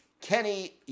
Kenny